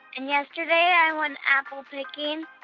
and yesterday, i went apple picking,